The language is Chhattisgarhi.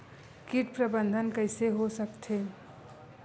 कीट प्रबंधन कइसे हो सकथे?